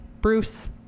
Bruce